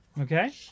Okay